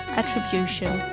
attribution